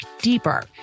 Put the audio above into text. deeper